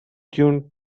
tune